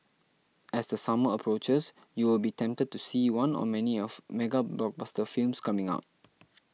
as the summer approaches you will be tempted to see one or many of mega blockbuster films coming out